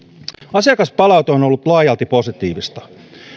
asiakaspalaute on ollut laajalti positiivista